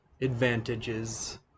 advantages